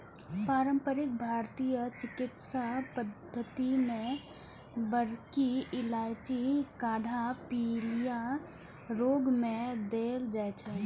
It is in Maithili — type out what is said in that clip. पारंपरिक भारतीय चिकित्सा पद्धति मे बड़की इलायचीक काढ़ा पीलिया रोग मे देल जाइ छै